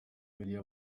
biriya